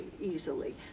easily